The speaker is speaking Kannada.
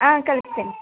ಹಾಂ ಕಳಿಸ್ತೀನಿ